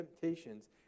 temptations